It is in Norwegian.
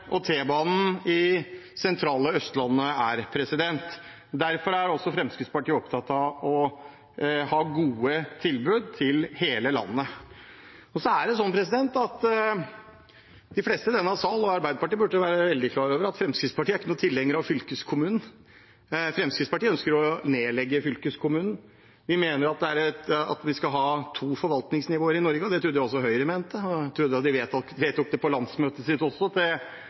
Derfor er Fremskrittspartiet opptatt av å ha gode tilbud i hele landet. De fleste i denne salen, også Arbeiderpartiet, burde være veldig klar over at Fremskrittspartiet ikke er noen tilhenger av fylkeskommunen. Fremskrittspartiet ønsker å nedlegge fylkeskommunen. Vi mener at vi skal ha to forvaltningsnivåer i Norge, og det trodde jeg også Høyre mente. Til representanten Orten: Jeg trodde de vedtok det på landsmøtet sitt.